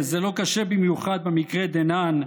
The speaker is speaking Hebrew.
וזה לא קשה במיוחד במקרה דנן,